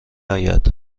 آید